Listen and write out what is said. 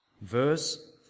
Verse